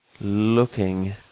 Looking